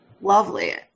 Lovely